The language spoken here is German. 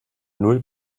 null